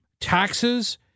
taxes